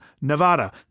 Nevada